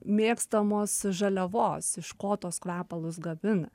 mėgstamos žaliavos iš ko tuos kvepalus gamina